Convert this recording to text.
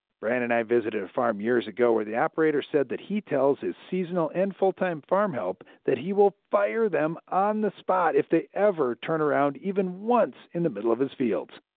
brian and i visited a farm years ago where the operator said he tells his seasonal and full-time farm help that he will fire them on the spot if they ever turn around even once in the middle of his fields.